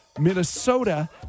Minnesota